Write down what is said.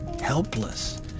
helpless